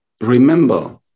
Remember